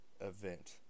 event